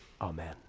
Amen